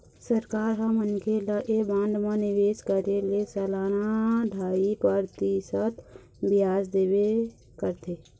सरकार ह मनखे ल ऐ बांड म निवेश करे ले सलाना ढ़ाई परतिसत बियाज देबे करथे